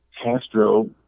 Castro